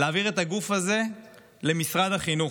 להעביר את הגוף הזה למשרד החינוך.